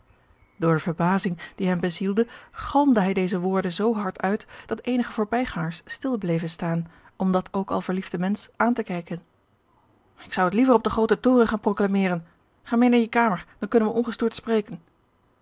de verbazing die hem bezielde galmde hij deze woorde zoo hard uit dat eenige voorbijgangers stil bleven staan om dat ook al verliefde mensch aan te kijken ik zou het liever op den grooten toren gaan proclameren ga meê naar je kamer dan kunnen wij ongestoord spreken